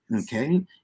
okay